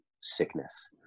sickness